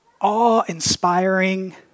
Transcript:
awe-inspiring